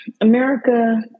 America